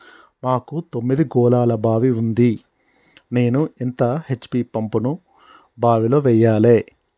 మాకు తొమ్మిది గోళాల బావి ఉంది నేను ఎంత హెచ్.పి పంపును బావిలో వెయ్యాలే?